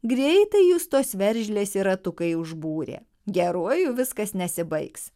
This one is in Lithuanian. greitai justos veržlės ratukai užbūrė geruoju viskas nesibaigs